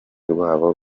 rwabo